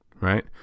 Right